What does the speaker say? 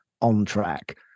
on-track